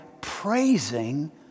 praising